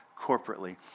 corporately